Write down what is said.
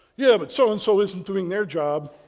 yeah, but so and so isn't doing their job.